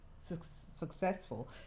successful